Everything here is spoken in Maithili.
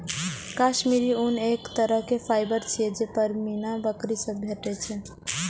काश्मीरी ऊन एक तरहक फाइबर छियै जे पश्मीना बकरी सं भेटै छै